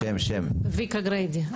שמי ויקה גריידי.